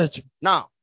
Now